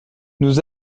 nous